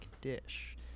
dish